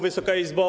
Wysoka Izbo!